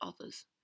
others